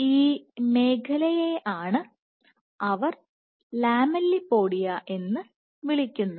ഈ മേഖലയയാണ് അവർ ലാമെല്ലിപോഡിയ എന്ന് വിളിക്കുന്നത്